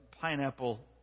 pineapple